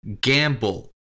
Gamble